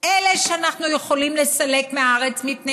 אלה שאנחנו יכולים לסלק מהארץ מפני